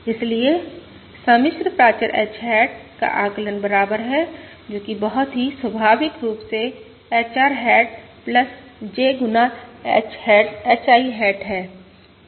इसलिए सम्मिश्र प्राचर h हैट का आकलन बराबर है जो कि बहुत ही स्वाभाविक रूप से HR हैट J गुना HI हैट है